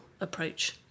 approach